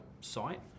site